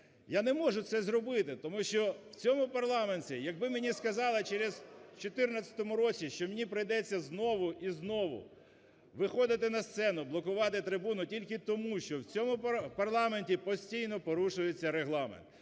Я не можу це зробити, тому що в цьому парламенті, якби мені сказали в 2014 році, що мені прийдеться знову і знову виходити на сцену, блокувати трибуну тільки тому, що в цьому парламенті постійно порушується Регламент,